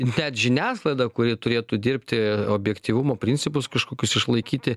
net žiniasklaida kuri turėtų dirbti objektyvumo principus kažkokius išlaikyti